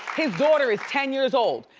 his daughter is ten years old,